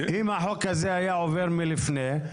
אם החוק הזה היה עובר לפני כן,